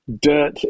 dirt